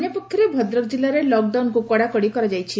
ଅନ୍ୟପକ୍ଷରେ ଭଦ୍ରକ ଜିଲ୍ଲାରେ ଲକ୍ଡାଉନକୁ କଡାକଡି କରାଯାଇଛି